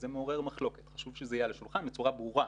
זה מעורר מחלוקת וחשוב שזה יהיה על השולחן בצורה ברורה,